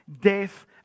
death